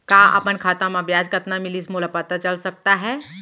का अपन खाता म ब्याज कतना मिलिस मोला पता चल सकता है?